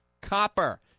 Copper